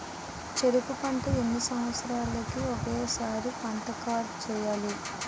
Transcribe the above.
చెరుకు పంట ఎన్ని సంవత్సరాలకి ఒక్కసారి పంట కార్డ్ చెయ్యాలి?